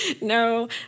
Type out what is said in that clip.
no